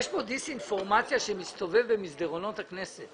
יש כאן דיסאינפורמציה שמסתובבת במסדרונות הכנסת.